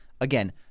Again